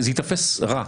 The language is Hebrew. זה ייתפס רע.